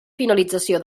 finalització